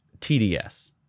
TDS